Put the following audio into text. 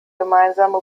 gemeinsame